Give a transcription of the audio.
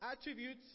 attributes